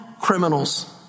criminals